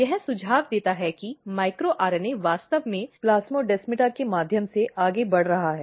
यह सुझाव देता है कि माइक्रो आरएनए वास्तव में प्लास्मोडेसमाटा के माध्यम से आगे बढ़ रहा है